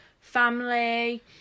family